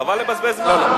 חבל לבזבז זמן.